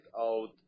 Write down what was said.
out